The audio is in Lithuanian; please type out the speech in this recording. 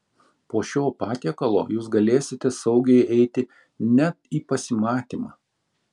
po šio patiekalo jūs galėsite saugiai eiti net į pasimatymą